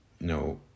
no